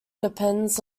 depends